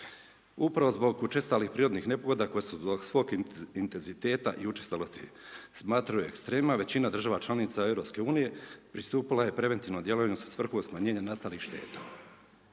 Upravo zbog učestalih prirodnih nepogoda koje su zbog svog intenziteta i učestalosti smatraju ekstremima, većina država članica EU pristupila je preventivnom djelovanju sa svrhom smanjenja nastalih šteta.